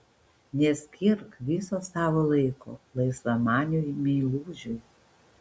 neskirk viso savo laiko laisvamaniui meilužiui